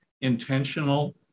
intentional